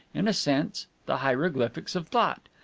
in a sense, the hieroglyphics of thought?